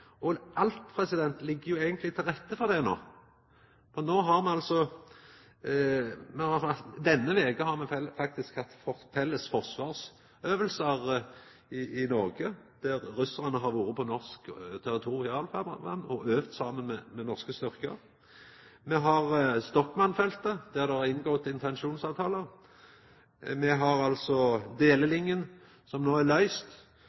vegen. Alt ligg jo eigentleg til rette for det no, for denne veka har me faktisk hatt felles forsvarsøvingar i Noreg; russarane har vore i norsk territorialfarvatn og øvd saman med norske styrker. Me har Sjtokman-feltet, der det er inngått intensjonsavtalar, me har delelinja, som er løyst,